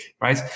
right